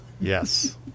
Yes